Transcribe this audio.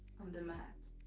the mat.